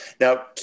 Now